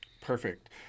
Perfect